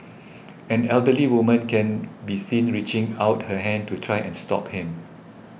an elderly woman can be seen reaching out her hand to try and stop him